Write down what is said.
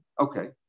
Okay